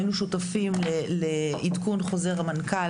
היינו שותפים לעדכון חוזר המנכ"ל,